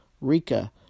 Rika